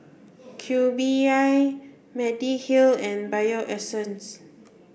Cube I Mediheal and Bio Essence